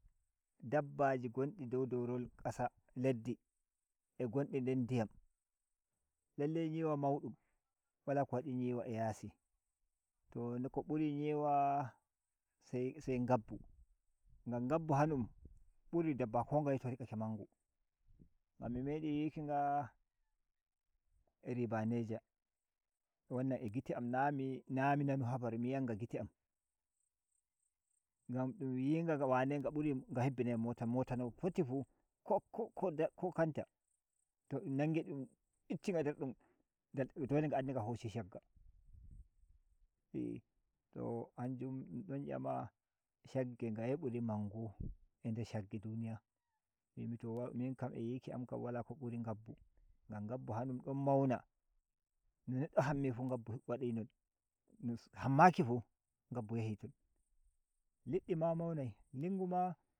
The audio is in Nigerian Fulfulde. Dabbaji gondi dow dorol kasa leddi a gondi nder diyam lallai nyiwa maudum wala ko wadi nyiwa a yasi to ni ko buri nyiwa se se ngambu ngam ngambu ha ‘yum buri dabba k ngaye to rikake mangu ngami medi yiki nga river Niger wanan a gite am nami nami nanu habar miyi anga gite am ngam dun y inga wane nga hebi nai mota mota no nga foti f uke ko kanta to dun nangi dun icci nga nder don dole nga and inga hoshi shagga hanjum dun don ‘yama shagge ngaye buri mangu a nde shagge duriya mbi mi to minkam a yiki am kam wala ko buri ngambu gan ngambu ha ‘yum dom mauna no neɗɗo hammifu ngambu wadi non non hammaki fu ngambu yahi ton laɗɗi ma maunai.